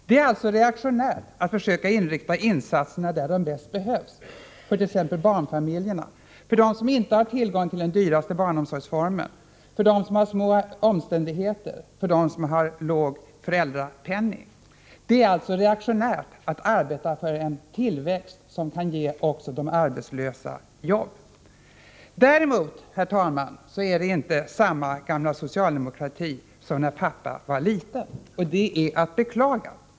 Det är alltså reaktionärt att försöka inrikta insatserna på områden där de bäst behövs, för t.ex. de barnfamiljer som inte har tillgång till den dyraste barnomsorgsformen, för dem som lever i små omständigheter, för dem som har låg föräldrapenning. Det är alltså reaktionärt att arbeta för en tillväxt som kan ge också de arbetslösa jobb. Däremot, herr talman, är det inte samma gamla socialdemokrati som när pappa var liten, och det är att beklaga.